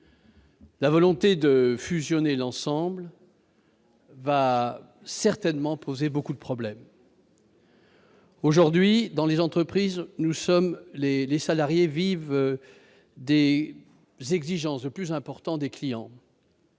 La volonté de fusionner l'ensemble va certainement poser beaucoup de problèmes. Aujourd'hui, dans les entreprises, les salariés subissent les exigences de plus en plus importantes des clients,